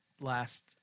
last